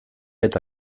eta